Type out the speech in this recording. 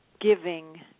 giving